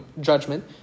judgment